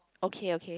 okay okay